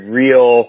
real